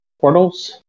portals